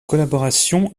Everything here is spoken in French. collaboration